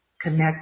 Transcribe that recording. Connect